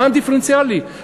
מע"מ דיפרנציאלי.